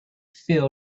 feel